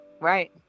Right